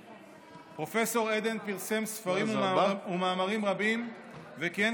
פרופ' עדן פרסם ספרים ומאמרים רבים וכיהן